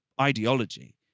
ideology